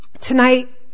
tonight